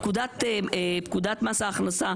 למדנו אתמול שהחוק של החלפנים פקודת מס הכנסה